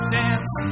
dance